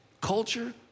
culture